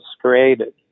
created